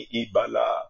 ibala